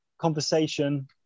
conversation